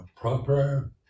proper